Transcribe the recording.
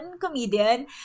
comedian